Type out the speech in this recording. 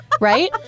right